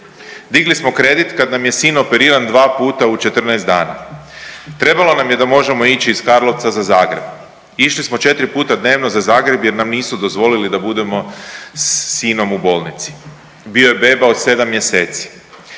Digli smo kredit kad nam je sin operiran dva puta u 14 dana, trebalo nam je da možemo ići iz Karlovca za Zagreb, išli smo 4 puta dnevno za Zagreb jer nam nisu dozvolili da budemo sa sinom u bolnici, bio je beba od 7 mjeseci.